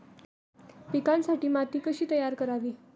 पिकांसाठी माती कशी तयार करावी?